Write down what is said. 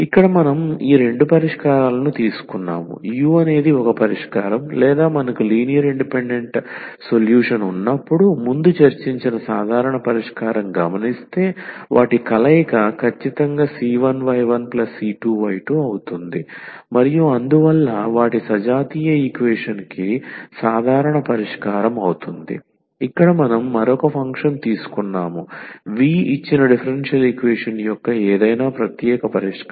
ఇక్కడ మనం ఈ రెండు పరిష్కారాలను తీసుకున్నాము u అనేది ఒక పరిష్కారం లేదా మనకు లినియర్ ఇండిపెండెంట్ సొల్యూషన్ ఉన్నప్పుడు ముందు చర్చించిన సాధారణ పరిష్కారం గమనిస్తే వాటి కలయిక ఖచ్చితంగాc1y1c2y2 అవుతుంది మరియు అందువల్ల వాటి సజాతీయ ఈక్వేషన్ కి సాధారణ పరిష్కారం అవుతుంది ఇక్కడ మనం మరొక ఫంక్షన్ తీసుకున్నాము v ఇచ్చిన డిఫరెన్షియల్ ఈక్వేషన్ యొక్క ఏదైనా ప్రత్యేక పరిష్కారం